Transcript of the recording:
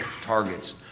targets